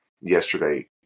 yesterday